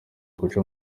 guca